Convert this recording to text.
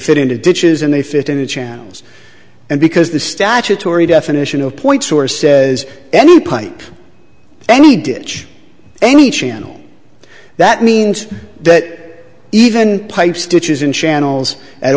fit into ditches and they fit into channels and because the statutory definition of point source says any pipe any ditch any channel that means that even pipes stitches in channels a